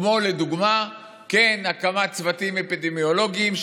כמו לדוגמה הקמת צוותים אפידמיולוגיים.